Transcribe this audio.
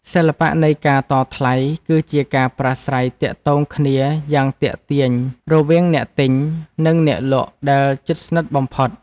សិល្បៈនៃការតថ្លៃ គឺជាការប្រាស្រ័យទាក់ទងគ្នាយ៉ាងទាក់ទាញរវាងអ្នកទិញ និងអ្នកលក់ដែលជិតស្និទ្ធបំផុត។